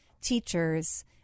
teachers